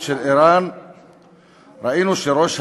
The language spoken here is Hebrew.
העולם החופשי ניצב היום אל מול ניסיונותיה של איראן להשיג נשק להשמדה